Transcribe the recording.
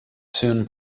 soon